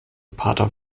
pater